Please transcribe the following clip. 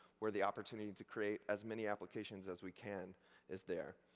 where the opportunity to create as many applications as we can is there.